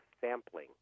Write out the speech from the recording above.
sampling